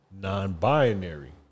non-binary